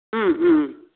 ம் ம்